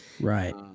Right